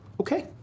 Okay